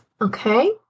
okay